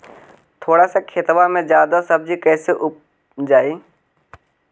थोड़ा सा खेतबा में जादा सब्ज़ी कैसे उपजाई?